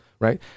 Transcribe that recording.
right